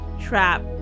trap